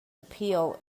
appeal